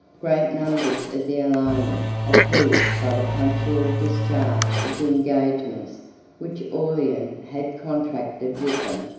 great numbers of the alani, appeased by the punctual discharge of the engagements which aurelian had contracted with them,